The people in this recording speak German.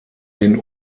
den